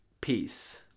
Peace